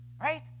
right